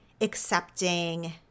accepting